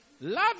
Love